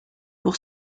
pour